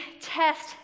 test